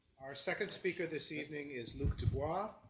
our second speaker this evening is luke dubois.